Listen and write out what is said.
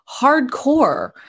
hardcore